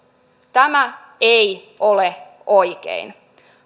tämä ei ole oikein